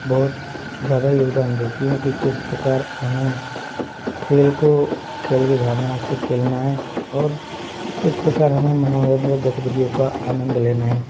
बहुत ज़्यादा योगदान देती हैं कि किस प्रकार हमें खेल को खेल की भावना से खेलना है और किस प्रकार हमें मनोरंजक गतिविधियों का आनंद लेना है